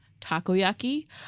takoyaki